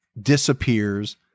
disappears